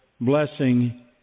blessing